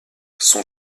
son